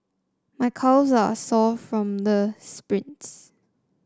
my calves are sore from the sprints